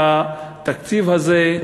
והתקציב הזה,